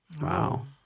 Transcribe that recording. Wow